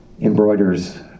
embroiders